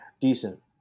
Decent